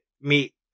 meet